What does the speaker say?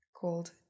called